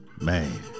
Man